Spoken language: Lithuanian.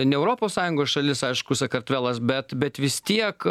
ne europos sąjungos šalis aišku sakartvelas bet bet vis tiek